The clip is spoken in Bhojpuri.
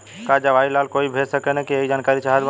की जवाहिर लाल कोई के भेज सकने यही की जानकारी चाहते बा?